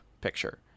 picture